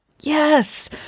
Yes